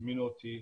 שהזמין אותי,